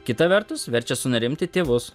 kita vertus verčia sunerimti tėvus